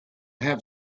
have